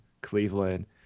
Cleveland